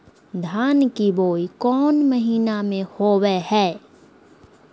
धान की बोई कौन महीना में होबो हाय?